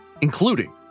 including